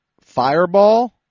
Fireball